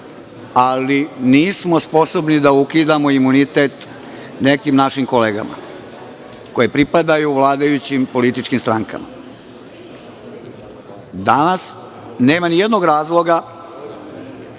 ali nismo sposobni da ukinemo imunitet nekim našim kolegama koje pripadaju vladajućim političkim strankama. Danas nema nijednog